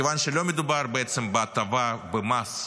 מכיוון שלא מדובר בהטבה במס,